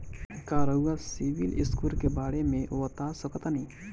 का रउआ CIBIL score के बारे में बता सकतानी?